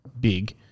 big